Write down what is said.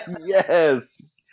Yes